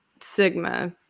sigma